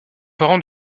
parents